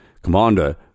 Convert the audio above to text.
commander